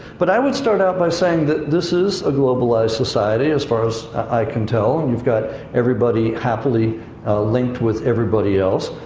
but i would start out by saying that this is a globalized society, as far as i can tell, and you've got everybody happily linked with everybody else.